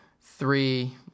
three